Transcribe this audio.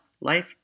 life